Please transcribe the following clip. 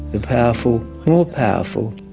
the powerful more powerful,